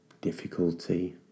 difficulty